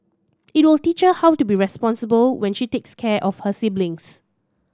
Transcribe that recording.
it will teach her how to be responsible when she takes care of her siblings